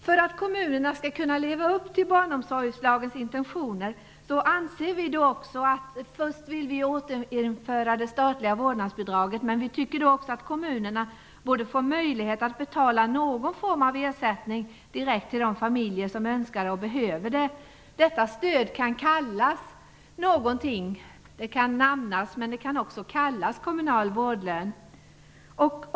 För att kommunerna skall kunna leva upp till barnomsorgslagens intentioner vill vi i första hand återinföra det statliga vårdnadsbidraget, men vi tycker också att kommunerna borde få möjlighet att betala någon form av ersättning direkt till de familjer som önskar och behöver en sådan. Detta stöd kan kallas kommunal vårdlön.